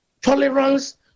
tolerance